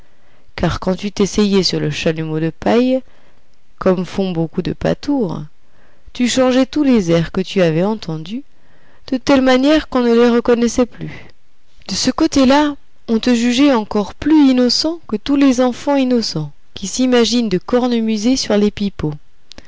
car quand tu t'essayais sur le chalumeau de paille comme font beaucoup de pâtours tu changeais tous les airs que tu avais entendus de telle manière qu'on ne les reconnaissait plus de ce côté-là on te jugeait encore plus innocent que tous les enfants innocents qui s'imaginent de cornemuser sur les pipeaux